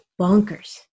bonkers